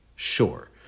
sure